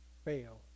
fail